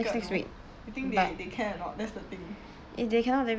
very difficult though you think they they can or not that's that's the thing